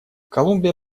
колумбия